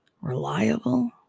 reliable